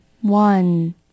One